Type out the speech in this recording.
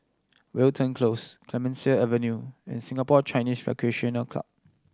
Wilton Close Clemenceau Avenue and Singapore Chinese Recreational Club